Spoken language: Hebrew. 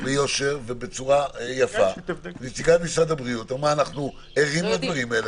ביושר ובצורה יפה נציגת משרד הבריאות שהם ערים לדברים האלה,